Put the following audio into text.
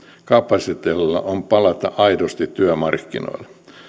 kapasiteetilla palata aidosti työmarkkinoille